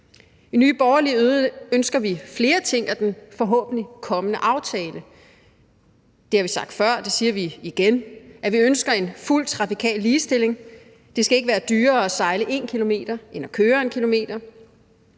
I Nye Borgerlige ønsker vi flere ting af den forhåbentlig kommende aftale. Det har vi sagt før, og det siger vi igen, nemlig at vi ønsker en fuld trafikal ligestilling. Det skal ikke være dyrere at sejle 1 km end at køre 1 km.